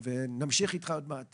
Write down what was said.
נמשיך איתך עוד מעט.